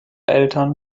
eltern